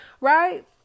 right